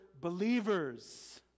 believers